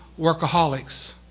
workaholics